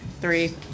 Three